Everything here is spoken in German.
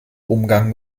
umgang